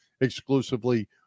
exclusively